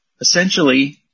essentially